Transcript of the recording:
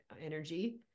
energy